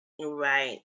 Right